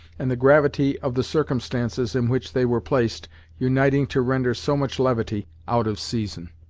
and the gravity of the circumstances in which they were placed uniting to render so much levity out of season.